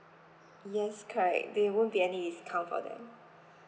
yes correct there won't be any discount for them